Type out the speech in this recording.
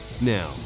Now